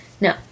No